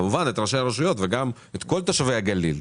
כמובן את ראשי הרשויות וגם את כל תושבי הגליל,